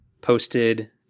posted